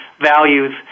values